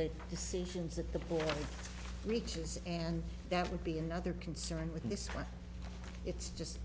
the decisions that the board reaches and that would be another concern with this one it's just